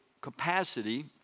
capacity